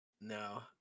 No